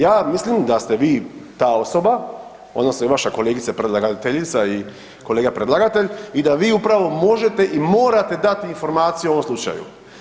Ja mislim da ste vi ta osoba odnosno i vaša kolegica predlagateljica i kolega predlagatelj i da vi upravo možete i morate dati informaciju o ovom slučaju.